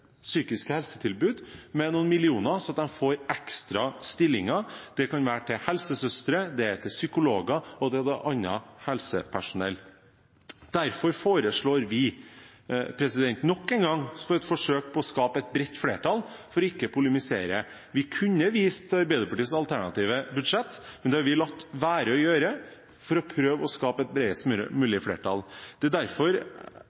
psykiske helsetilbud med noen millioner kroner, slik at de får ekstra stillinger. Det kan være helsesøstre, og det kan være psykologer og annet helsepersonell. Derfor velger vi nok en gang i et forsøk på å skape et bredt flertall å ikke polemisere. Vi kunne vist til Arbeiderpartiets alternative budsjett, men det har vi latt være å gjøre for å prøve å skape et bredest